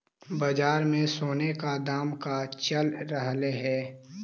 बाजार में सोने का दाम का चल रहलइ हे